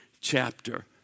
chapter